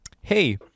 hey